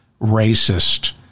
racist